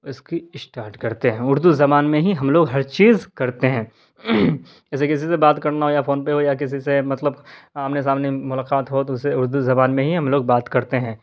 اور اس کی اسٹارٹ کرتے ہیں اردو زبان میں ہی ہم لوگ ہر چیز کرتے ہیں جیسے کسی سے بات کرنا ہو یا فون پہ ہو یا کسی سے مطلب آمنے سامنے ملاقات ہو تو اسے اردو زبان میں ہی ہم لوگ بات کرتے ہیں